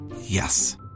Yes